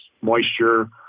moisture